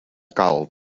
calp